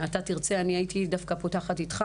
הייתי דווקא פותחת איתך